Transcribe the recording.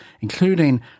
including